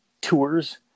tours